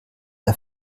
der